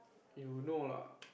you know lah